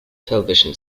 television